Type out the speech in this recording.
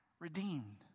Redeemed